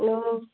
অঁ